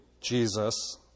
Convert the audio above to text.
Jesus